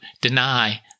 deny